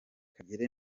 kagere